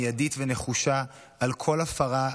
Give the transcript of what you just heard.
מיידית ונחושה על כל הפרה,